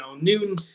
noon